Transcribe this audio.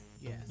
Yes